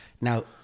Now